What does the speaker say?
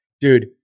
Dude